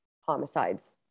homicides